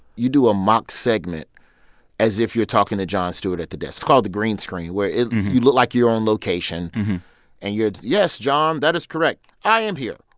you do a mock segment as if you're talking to jon stewart at the desk. it's called the green screen where you look like you're on location and you're, yes, jon, that is correct. i am here.